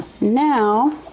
Now